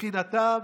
מבחינתם